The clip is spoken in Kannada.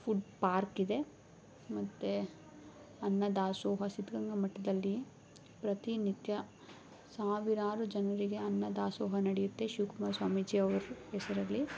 ಫುಡ್ ಪಾರ್ಕ್ ಇದೆ ಮತ್ತೆ ಅನ್ನದಾಸೋಹ ಸಿದ್ಧಗಂಗಾ ಮಠದಲ್ಲಿ ಪ್ರತಿನಿತ್ಯ ಸಾವಿರಾರು ಜನರಿಗೆ ಅನ್ನದಾಸೋಹ ನಡೆಯುತ್ತೆ ಶಿವಕುಮಾರ ಸ್ವಾಮೀಜಿ ಅವರ ಹೆಸರಲ್ಲಿ